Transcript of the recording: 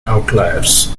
outliers